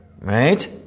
right